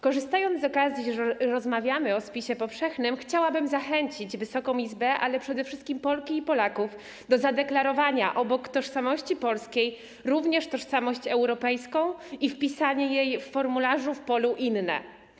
Korzystając z okazji, że rozmawiamy o spisie powszechnym, chciałabym zachęcić Wysoką Izbę, ale przede wszystkim Polki i Polaków do zadeklarowania obok tożsamości polskiej również tożsamości europejskiej i wpisania jej w formularzu w polu: inne.